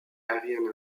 aérienne